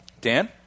Dan